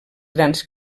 grans